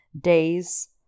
days